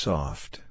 Soft